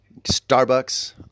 Starbucks